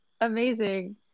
amazing